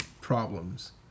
problems